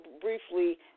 briefly